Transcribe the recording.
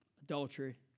adultery